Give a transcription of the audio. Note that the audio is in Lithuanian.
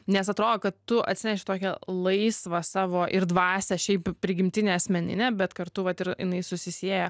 nes atrodo kad tu atsineši tokią laisvą savo ir dvasią šiaip prigimtinę asmeninę bet kartu vat ir jinai susisieja